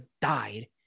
died